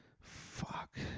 Fuck